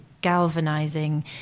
galvanizing